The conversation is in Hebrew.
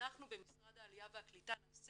אנחנו במשרד העלייה והקליטה נעשה